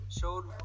showed